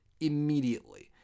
immediately